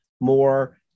more